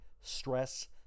stress